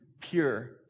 pure